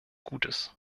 gutes